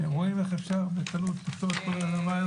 אתם רואים איך אפשר בקלות לפתור את כל הבעיות?